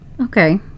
okay